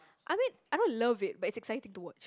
I mean I don't love it but it's exciting to watch